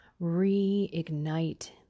reignite